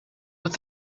with